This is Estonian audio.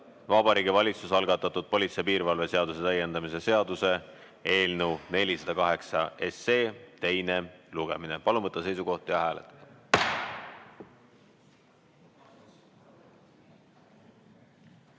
Vabariigi Valitsuse algatatud politsei ja piirivalve seaduse täiendamise seaduse eelnõu 408 teine lugemine. Palun võtta seisukoht ja hääletada!